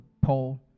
Paul